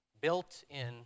built-in